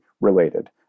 related